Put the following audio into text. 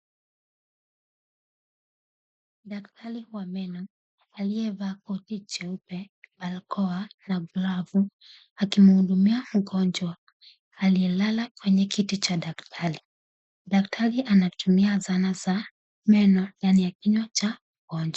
Daktari wa meno aliyevaa koti jeupe, barakoa na glavu akimhudumia mgonjwa aliyelala kwenye kiti cha daktari. Daktari anatumia zana za meno ndani ya kinywa cha mgonjwa.